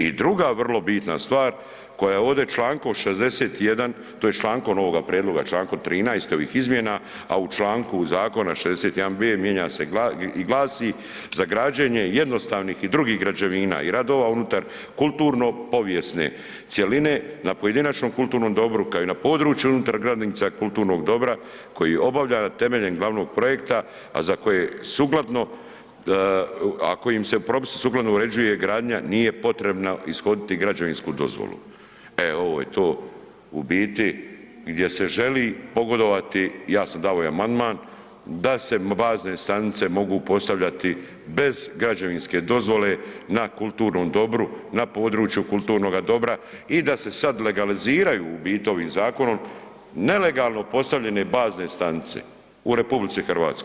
I druga vrlo bitna stvar koja je ovdje čl. 61.tj. člankom ovoga prijedloga čl. 13.ovih izmjena, a u čl. zakona 61.b mijenja se i glasi „za građenje jednostavnih i drugih građevina i radova unutar kulturno-povijesne cjeline na pojedinačnom kulturnom dobru kao i na području unutar granica kulturnog dobra koji obavlja temeljem glavnog projekta, a za kojim se propisom sukladno uređuje gradnja nije potrebno ishoditi građevinsku dozvolu“, e ovo je to u biti gdje se želi pogodovati, ja sam dao i amandman, da se bazne stanice mogu postavljati bez građevinske dozvole na kulturnom dobru, na području kulturnoga dobra i da se sada legaliziraju u biti ovim zakonom nelegalno postavljene bazne stanice u RH.